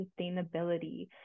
sustainability